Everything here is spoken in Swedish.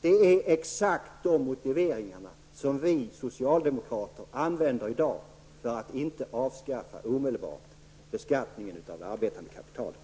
Det är exakt de motiveringar som vi socialdemokrater använder i dag för att inte omedelbart avskaffa beskattningen på det arbetande kapitalet.